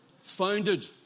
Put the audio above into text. founded